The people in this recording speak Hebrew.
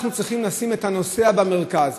אנחנו צריכים לשים את הנוסע במרכז.